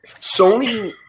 Sony